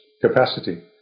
capacity